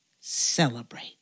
celebrate